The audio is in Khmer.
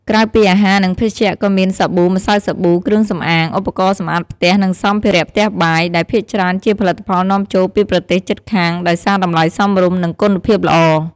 ក្រៅពីអាហារ និងភេសជ្ជៈក៏មាន សាប៊ូ ម្សៅសាប៊ូ គ្រឿងសម្អាង ឧបករណ៍សម្អាតផ្ទះ និងសម្ភារៈផ្ទះបាយ ដែលភាគច្រើនជាផលិតផលនាំចូលពីប្រទេសជិតខាង ដោយសារតម្លៃសមរម្យ និងគុណភាពល្អ។